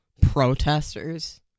protesters